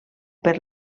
per